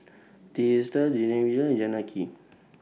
Teesta Davinder Janaki